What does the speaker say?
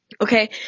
okay